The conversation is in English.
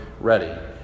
ready